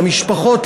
למשפחות,